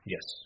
Yes